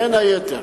בין היתר